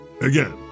Again